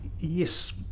Yes